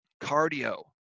cardio